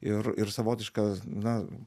ir ir savotiška na